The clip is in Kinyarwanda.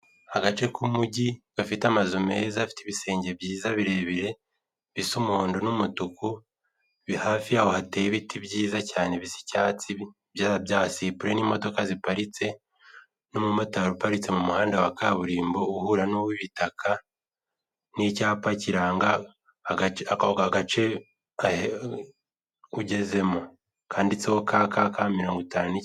Agace k'umujyi gafite amazu meza afite ibisenge byiza birebire bisa umuhondo n'umutuku hafi hateye ibiti byiza cyane bisa icyatsi byasi sipure n'imodoka ziparitse, n'umumotari uparitse mu muhanda wa kaburimbo uhura n'uw'ibitaka, n'icyapa kiranga agace ugezemo kanditseho kakaka mirongo itantu n'icye.